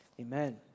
amen